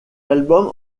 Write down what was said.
album